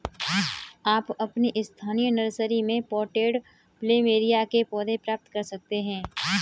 आप अपनी स्थानीय नर्सरी में पॉटेड प्लमेरिया के पौधे प्राप्त कर सकते है